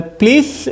please